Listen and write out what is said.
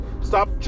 stop